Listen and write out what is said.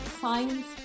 science